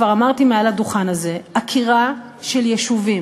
כבר אמרתי מעל הדוכן הזה: עקירה של יישובים,